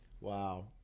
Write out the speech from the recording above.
Wow